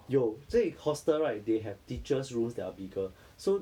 好所以 hostel right they have teachers rooms that are bigger so